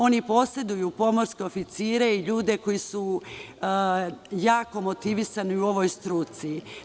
Oni poseduju pomorske oficire i ljude koji su jako motivisani u ovoj struci.